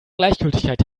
gleichgültigkeit